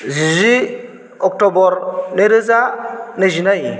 जि October नैरोजा नैजिनै